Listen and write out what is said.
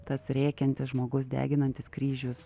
tas rėkiantis žmogus deginantis kryžius